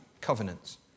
covenants